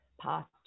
past